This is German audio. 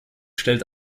stellt